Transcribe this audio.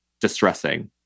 distressing